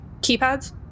keypads